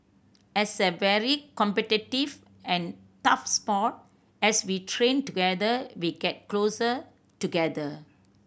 as a very competitive and tough sport as we train together we get closer together